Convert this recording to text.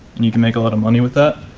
and you can make a lot of money with that.